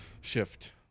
Shift